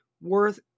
worth